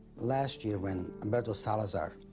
last year when roberto salazar